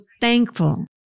thankful